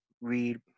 read